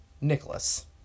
Nicholas